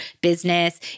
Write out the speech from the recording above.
business